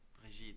Brigitte